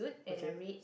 okay